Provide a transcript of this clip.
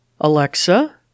Alexa